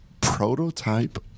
prototype